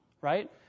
right